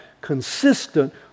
consistent